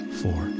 four